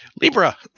Libra